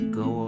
go